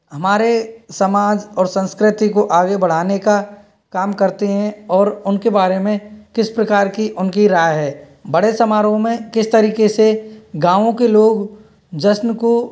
हमारे समाज और संस्कृति को आगे बढ़ाने का काम करते हैं और उनके बारे में किस प्रकार की उनकी राय है बड़े समारोह में किस तरीके से गाँव के लोग जश्न को